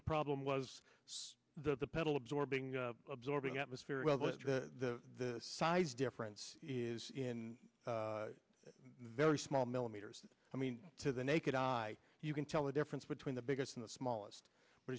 the problem was the pedal absorbing absorbing atmosphere well it's the size difference is in very small millimeters i mean to the naked eye you can tell the difference between the biggest of the smallest